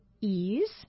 ease